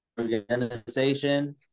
organization